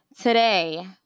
today